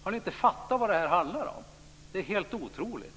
Har ni inte fattat vad det här handlar om? Det är helt otroligt!